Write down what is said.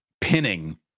pinning